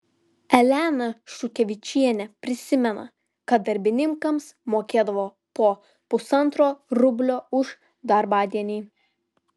elena šukevičienė prisimena kad darbininkams mokėdavo po pusantro rublio už darbadienį